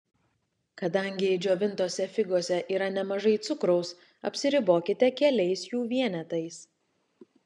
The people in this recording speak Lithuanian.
kadangi džiovintose figose yra nemažai cukraus apsiribokite keliais jų vienetais